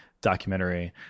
documentary